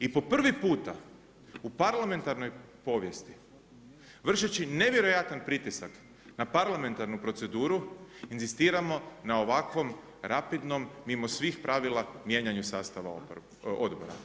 I po prvi puta u parlamentarnoj povijesti vršeći nevjerojatan pritisak na parlamentarnu proceduru inzistiramo na ovakvom rapidnom mimo svih pravila mijenjanju sastava odbora.